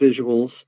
visuals